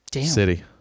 City